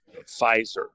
Pfizer